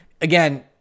Again